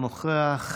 אינו נוכח,